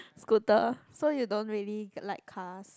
scooter so you don't really like cars